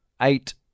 eight